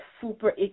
super